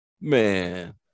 Man